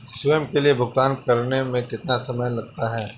स्वयं के लिए भुगतान करने में कितना समय लगता है?